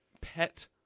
pet